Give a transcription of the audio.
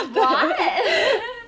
what